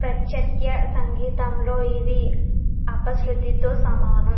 పాశ్చాత్య సంగీతంలో ఇది అపశృతితో సమానం